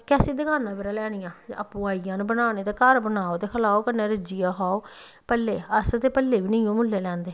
कैस्सी दकाना परा लैनियां आपूं आई जान बनाओ ते आपूं बनाओ ते खाओ कन्नै रज्जियै खलाओ भल्ले अस ते भल्ले बी निं मुल्लें लैंदे